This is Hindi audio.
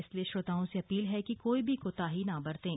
इसलिए श्रोताओं से अपील है कि कोई भी कोताही न बरतें